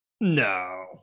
No